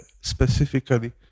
specifically